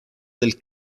del